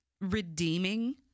redeeming